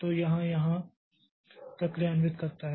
तो यह यहाँ तक क्रियान्वित करता है